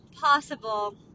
possible